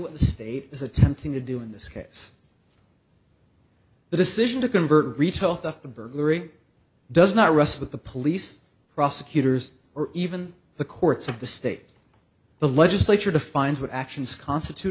what the state is attempting to do in this case the decision to convert retail theft burglary does not rest with the police prosecutors or even the courts of the state the legislature defines what actions constitute